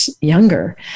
younger